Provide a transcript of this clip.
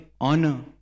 honor